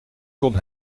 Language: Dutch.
kon